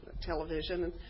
television